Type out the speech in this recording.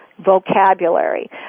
vocabulary